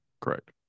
Correct